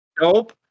Nope